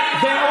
כל פעם,